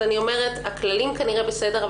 אז הכללים כנראה בסדר,